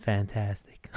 Fantastic